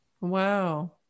Wow